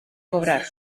cobrar